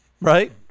right